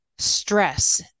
Stress